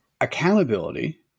accountability